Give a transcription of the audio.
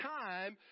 time